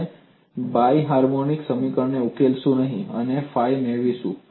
આપણે બિહાર્મોનિક સમીકરણને ઉકેલીશું નહીં અને ફાઇ મેળવીશું